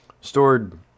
stored